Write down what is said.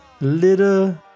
little